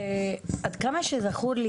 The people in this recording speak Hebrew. עד כמה שזכור לי,